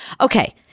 Okay